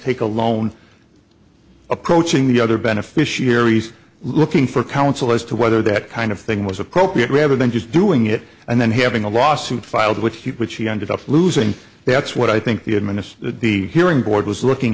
take a loan approaching the other beneficiaries looking for counsel as to whether that kind of thing was appropriate rather than just doing it and then having a lawsuit filed which he which he ended up losing that's what i think the administer the hearing board was looking